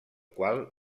qual